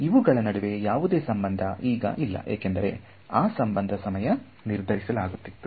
ಆದರೆ ಇವುಗಳ ನಡುವೆ ಯಾವುದೇ ಸಂಬಂಧ ಈಗ ಇಲ್ಲ ಏಕೆಂದರೆ ಆ ಸಂಬಂಧ ಸಮಯ ನಿರ್ಧರಿಸುತ್ತಿತ್ತು